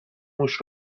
موش